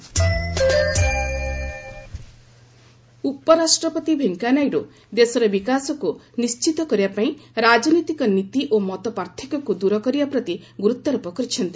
VP Venkaiah Naidu ଉପରାଷ୍ଟ୍ରପତି ଭେଙ୍କୟା ନାଇଡୁ ଦେଶର ବିକାଶକୁ ନିଣ୍ଚିତ କରିବା ପାଇଁ ରାଜନୈତିକ ନୀତି ଓ ମତପାର୍ଥକ୍ୟକୁ ଦୂର କରିବା ପ୍ରତି ଗୁରୁତ୍ୱାରୋପ କରିଛନ୍ତି